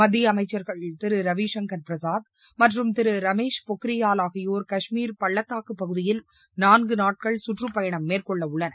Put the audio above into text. மத்திய அமைச்சர்கள் திரு ரவிசங்கர் பிரசாத் மற்றும் திரு ரமேஷ் பொக்ரியால் ஆகியோர் காஷ்மீர் பள்ளதாக்கு பகுதியில் நான்கு நாட்கள் சுற்றுப் பயணம் மேற்கொள்ள உள்ளனர்